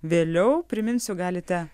vėliau priminsiu galite